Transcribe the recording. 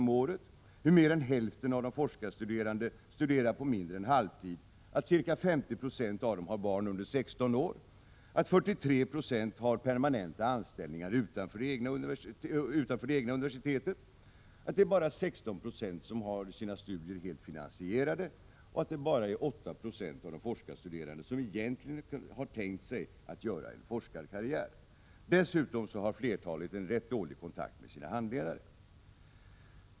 om året, att mer än hälften av de forskarstuderande studerar på mindre än halvtid, att ca 50 90 av dem har barn under 16 år, att 43 76 har permanenta anställningar utanför det egna universitetet, att bara 16 26 har sina studier helt finansierade och att bara 8 20 av de forskarstuderande egentligen har tänkt sig att göra en forskarkarriär. Dessutom har flertalet en rätt dålig kontakt med sina handledare.